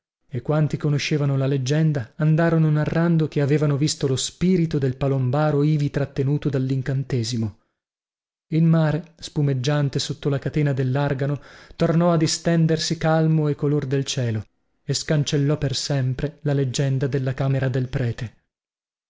e quanti conoscevano la leggenda andarono narrando che avevano visto lo spirito del palombaro ivi trattenuto dallincantesimo il mare spumeggiante sotto la catena della gru tornò a distendersi calmo e color del cielo e scancellò per sempre la leggenda della camera del prete